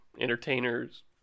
entertainers